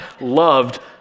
loved